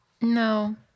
No